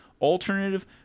alternative